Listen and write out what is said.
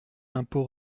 impôt